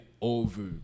over